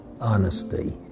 honesty